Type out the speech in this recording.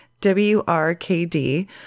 W-R-K-D